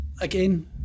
again